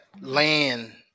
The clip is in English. land